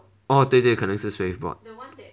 orh 对对可能是 swave board